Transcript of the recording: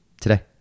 Today